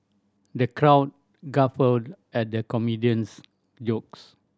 the crowd guffawed at the comedian's jokes